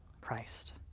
Christ